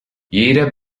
jeder